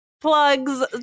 plugs